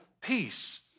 peace